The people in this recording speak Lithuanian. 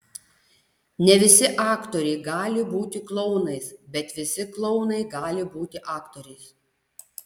ne visi aktoriai gali būti klounais bet visi klounai gali būti aktoriais